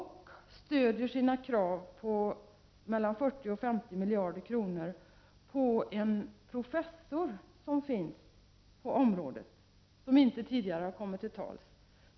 Man stöder sina krav på 40-50 miljarder kronor på ett uttalande från en professor på området som inte tidigare har kommit till tals.